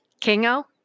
Kingo